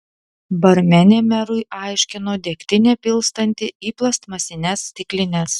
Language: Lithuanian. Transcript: barmenė merui aiškino degtinę pilstanti į plastmasines stiklines